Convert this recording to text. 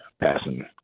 passing